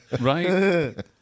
Right